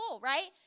right